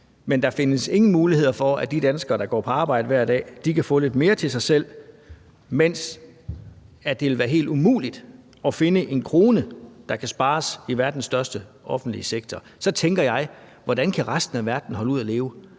Men der findes ingen muligheder for, at de danskere, der går på arbejde hver dag, kan få lidt mere til sig selv, mens det vil være helt umuligt at finde en krone, der kan spares i verdens største offentlige sektor. Så tænker jeg: Hvordan kan resten af verden holde ud at leve,